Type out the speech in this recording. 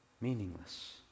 meaningless